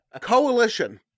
coalition